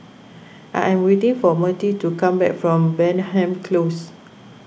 I am waiting for Mertie to come back from Denham Close